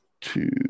Two